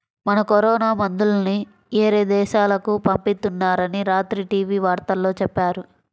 మన కరోనా మందుల్ని యేరే దేశాలకు పంపిత్తున్నారని రాత్రి టీవీ వార్తల్లో చెప్పారు